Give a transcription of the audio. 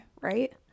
right